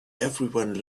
everyone